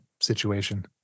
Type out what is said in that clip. situation